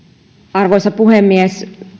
arvoisa puhemies